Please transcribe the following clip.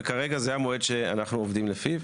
וכרגע זה המועד שאנחנו עובדים לפיו.